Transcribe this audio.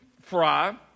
Fry